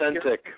authentic